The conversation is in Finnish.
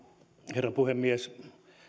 herra puhemies